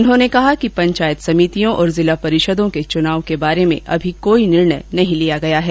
उन्होंने कहा कि पंचायत समितियों और जिला परिषदों के चुनावों के बारे में भी अमी कोई निर्णय नहीं किया गया है